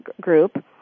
group